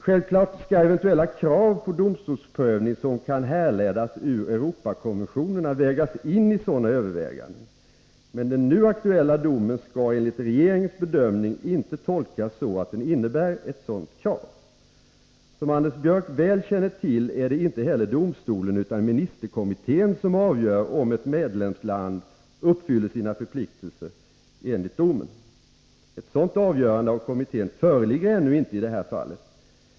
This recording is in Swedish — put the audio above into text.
Självfallet skall eventuella krav på domstolsprövning som kan härledas ur Europakonventionen tas med vid sådana överväganden, men den nu aktuella domen skall enligt regeringens bedömning inte tolkas så att den innebär ett sådant krav. Som Anders Björck väl känner till är det inte Europadomstolen utan ministerkommittén som avgör om ett medlemsland uppfyller sina förpliktelser enligt domen. Ett sådant avgörande av ministerkommittén föreligger ännu inte i detta fall.